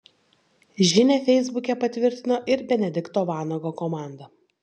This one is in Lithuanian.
žinią feisbuke patvirtino ir benedikto vanago komanda